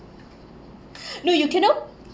no you canno~